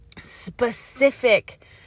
specific